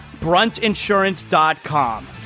BruntInsurance.com